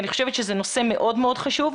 אני חושבת שזה נושא מאוד מאוד חשוב.